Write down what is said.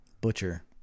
Butcher